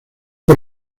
por